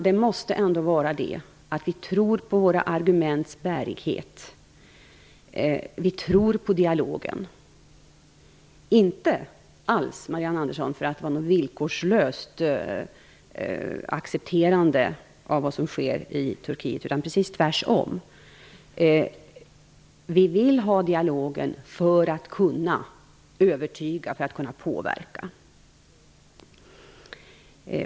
Vi måste tro på våra arguments bärighet och på dialogen. Det skall inte alls vara ett villkorslöst accepterande av vad som sker i Turkiet, Marianne Andersson, utan precis tvärtom. Vi vill föra dialog för att kunna övertyga och påverka.